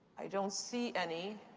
i don't see any.